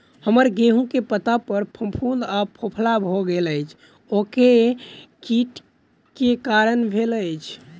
हम्मर गेंहूँ केँ पत्ता पर फफूंद आ फफोला भऽ गेल अछि, ओ केँ कीट केँ कारण भेल अछि?